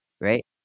Right